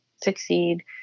Succeed